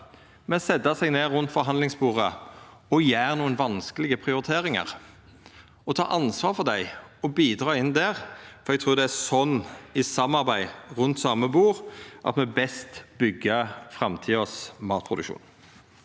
å setja seg ned rundt forhandlingsbordet og gjera nokre vanskelege prioriteringar, ta ansvaret for dei og bidra inn der. Eg trur det er sånn, i samarbeid rundt same bord, at me best byggjer framtidas matproduksjon.